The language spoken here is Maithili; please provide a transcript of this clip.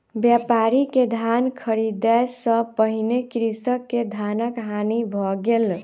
व्यापारी के धान ख़रीदै सॅ पहिने कृषक के धानक हानि भ गेल